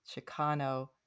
Chicano